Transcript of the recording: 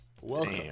Welcome